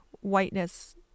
whiteness